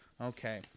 Okay